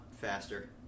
faster